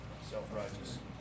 Self-righteous